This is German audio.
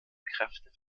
kräfte